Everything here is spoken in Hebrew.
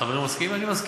אם החבר מסכים, אני מסכים.